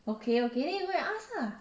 okay okay then you go and ask ah